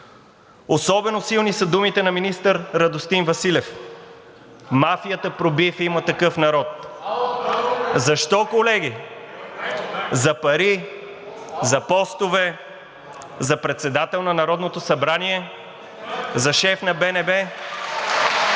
Особено силни са думите на министър Радостин Василев: „Мафията проби в „Има такъв народ“.“ Защо, колеги? За пари, за постове, за председател на Народното събрание, за шеф на БНБ.